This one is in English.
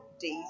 days